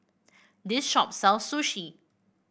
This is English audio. this shop sell Sushi